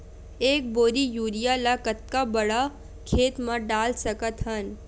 एक बोरी यूरिया ल कतका बड़ा खेत म डाल सकत हन?